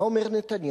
מה אומר נתניהו?